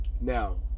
Now